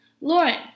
Lauren